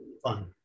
fun